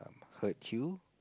hurt you